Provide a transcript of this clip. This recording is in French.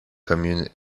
commune